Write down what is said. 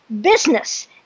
business